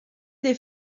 des